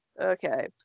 Okay